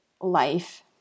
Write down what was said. life